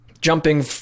jumping